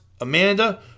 Amanda